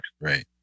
Right